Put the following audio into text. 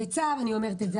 ובצער אני אומרת את זה,